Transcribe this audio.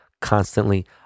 constantly